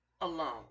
alone